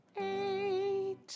eight